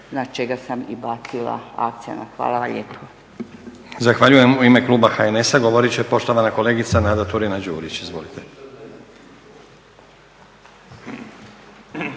na čega sam i bacila akcenat. Hvala vam lijepa. **Stazić, Nenad (SDP)** Zahvaljujem. U ime kluba HNS-a govoriti će poštovana kolegica Nada Turina-Đurić. Izvolite.